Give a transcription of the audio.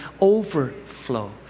overflow